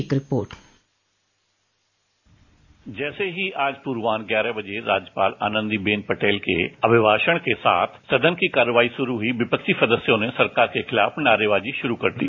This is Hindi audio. एक रिपोर्ट जैसे ही आज पूर्वाह्न राज्यपाल आनंदीबेन पटेल के अभिभाषण के साथ सदन की कार्यवाही शुरू हुई विपक्षी सदस्यों ने सरकार के खिलाफ नारेबाजी शुरू कर दी